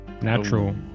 Natural